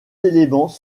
éléments